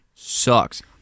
sucks